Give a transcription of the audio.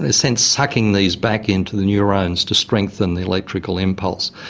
in a sense, sucking these back into the neurones to strengthen the electrical impulse.